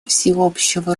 всеобщего